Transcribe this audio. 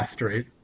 right